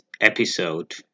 episode